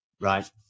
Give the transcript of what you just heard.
right